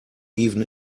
even